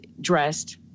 dressed